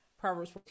Proverbs